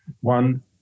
One